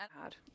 hard